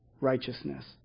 righteousness